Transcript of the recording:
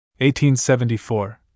1874